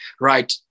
Right